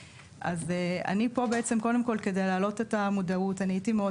אז אני פה בעצם קודם כל כדי להעלות את המודעות ואני הייתי מאוד